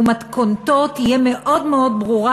ומתכונתו תהיה מאוד ברורה,